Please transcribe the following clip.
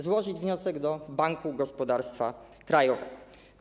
Złożyć wniosek do Banku Gospodarstwa Krajowego.